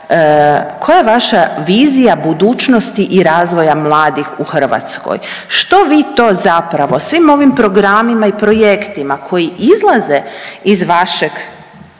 koja je vaša vizija budućnosti i razvoja mladih u Hrvatskoj. Što vi to zapravo svim ovim programima i projektima koji izlaze iz vašeg